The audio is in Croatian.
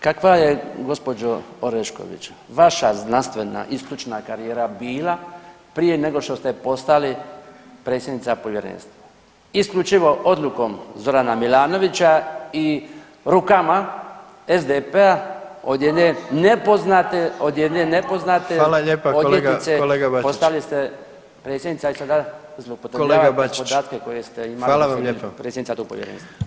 Kakva je gospođo Orešković vaša znanstvena i stručna karijera bile prije nego što ste postali predsjednica povjerenstva isključivo odlukom Zorana Milanovića i rukama SDP-a od jedne nepoznate, od jedne nepoznate odvjetnice [[Upadica: Hvala lijepa kolega Bačiću.]] postali ste predsjednica i sada zloupotrebljavate podatke koje ste imali [[Upadica: Kolega Bačiću, hvala vam lijepa.]] dok ste bili predsjednica tog povjerenstva.